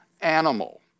animal